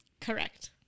Correct